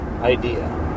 idea